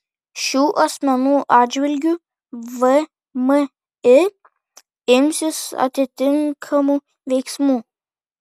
šių asmenų atžvilgiu vmi imsis atitinkamų veiksmų